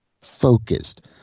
focused